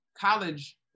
college